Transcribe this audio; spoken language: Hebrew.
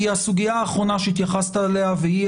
זו הסוגיה האחרונה שהתייחסת אליה והיא